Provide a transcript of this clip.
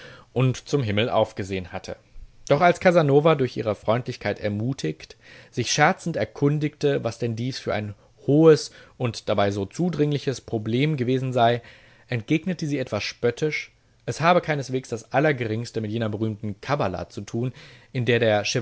und zum himmel aufgesehn hatte doch als casanova durch ihre freundlichkeit ermutigt sich scherzend erkundigte was denn dies für ein hohes und dabei so zudringliches problem gewesen sei entgegnete sie etwas spöttisch es habe keineswegs das allergeringste mit jener berühmten kabbala zu tun in der der